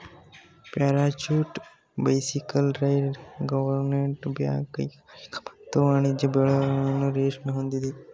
parachute bicycle tyre gunpowder bag ಕೈಗಾರಿಕಾ ಮತ್ತು ವಾಣಿಜ್ಯ ಬಳಕೆಯನ್ನು ರೇಷ್ಮೆ ಹೊಂದಿದೆ